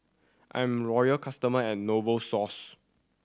I'm a loyal customer of Novosource